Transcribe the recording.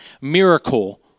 miracle